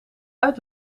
uit